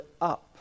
up